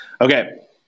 Okay